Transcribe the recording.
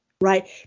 right